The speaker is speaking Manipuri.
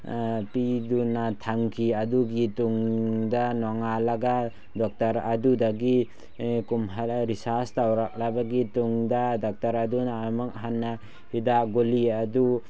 ꯄꯤꯗꯨꯅ ꯊꯝꯈꯤ ꯑꯗꯨꯒꯤ ꯇꯨꯡꯗ ꯅꯣꯡꯉꯥꯜꯂꯒ ꯗꯣꯛꯇꯔ ꯑꯗꯨꯗꯒꯤ ꯔꯤꯁꯥꯔꯁ ꯇꯧꯔꯛꯂꯕꯒꯤ ꯇꯨꯡꯗ ꯗꯥꯛꯇꯔ ꯑꯗꯨꯅ ꯑꯃꯨꯛ ꯍꯟꯅ ꯍꯤꯗꯥꯛ ꯒꯨꯂꯤ ꯑꯗꯨ